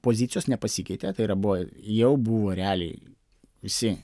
pozicijos nepasikeitė tai yra buvo jau buvo realiai visi